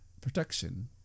protection